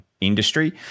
industry